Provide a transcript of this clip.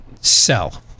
Sell